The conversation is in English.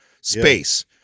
space